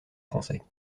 français